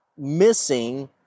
missing